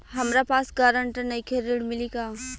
हमरा पास ग्रांटर नईखे ऋण मिली का?